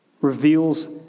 reveals